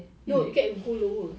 ya no get go lower